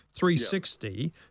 360